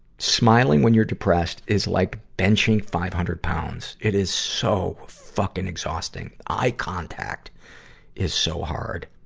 smiling when you're depressed is like benching five hundred pounds. it is so fucking exhausting. eye contact is so hard.